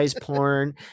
porn